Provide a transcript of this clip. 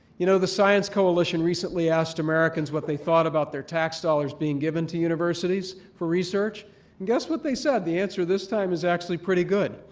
you know the science coalition recently asked americans what they thought about their tax dollars being given to universities for research. and guess what they said? the answer this time is actually pretty good.